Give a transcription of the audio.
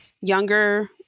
younger